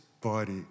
body